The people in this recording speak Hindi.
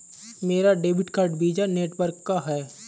मेरा डेबिट कार्ड वीज़ा नेटवर्क का है